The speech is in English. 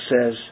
says